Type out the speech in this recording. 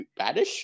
badish